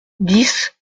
dix